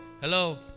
hello